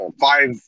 five